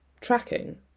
tracking